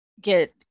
get